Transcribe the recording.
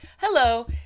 Hello